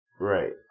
Right